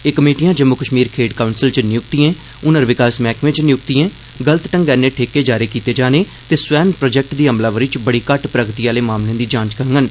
एह् कमेटिया जम्मू कश्मीर खेड्ढ काउप्तल च नियुक्तियें ह्नर विकास मैहकमे च नियुक्तियें गलत ढप्पगै'नै ठेके जारी कीते जाने ते 'स्वैन' प्रोजेक्ट दी अमलावरी च बड़ी घट्ट प्रगति आहले मामलें दी जाघ्र करडन